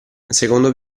secondo